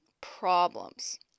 problems